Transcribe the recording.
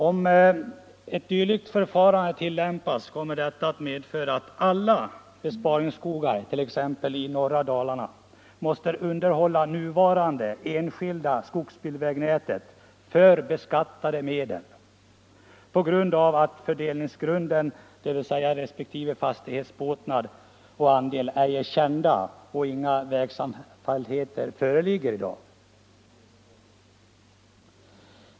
Om ett dylikt förfarande tillämpas, kommer det att medföra att alla besparingsskogar i norra Dalarna måste underhålla nuvarande enskilda skogsbilvägnät för beskattade medel, eftersom fördelningsgrunden, dvs. resp. fastighetsbåtnad och andel, ej är känd då inga vägsamfälligheter föreligger.